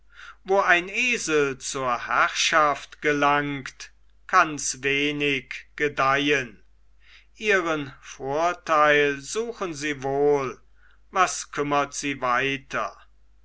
wo ein esel zur herrschaft gelangt kanns wenig gedeihen ihren vorteil suchen sie wohl was kümmert sie weiter